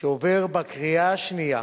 שעובר בקריאה שנייה